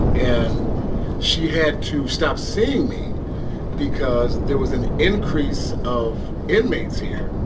and she had to stop seeing me because there was an increase of inmates here,